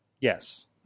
Yes